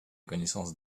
connaissance